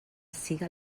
siga